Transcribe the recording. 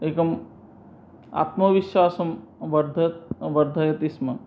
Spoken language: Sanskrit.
एकम् आत्मविश्वासं वर्ध वर्धयति स्म